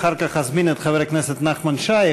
אחר כך אזמין את חבר הכנסת נחמן שי,